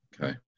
Okay